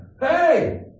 Hey